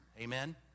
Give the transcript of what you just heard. Amen